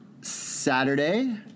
Saturday